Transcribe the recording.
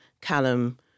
Callum